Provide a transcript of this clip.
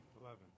Eleven